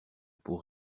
pour